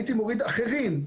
הייתי מוריד: אחרים.